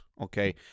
Okay